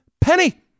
penny